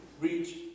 reach